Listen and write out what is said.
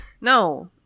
No